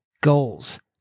goals